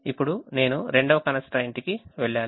ఇప్పుడు నేను రెండవ constraint కి వెళ్ళాలి